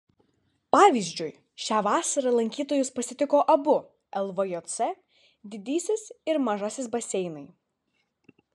pavyzdžiui šią vasarą lankytojus pasitiko abu lvjc didysis ir mažasis baseinai